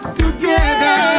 together